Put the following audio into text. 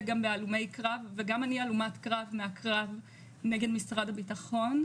גם בהלומי קרב וגם אני הלומת קרב מהקרב נגד משרד הביטחון,